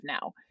now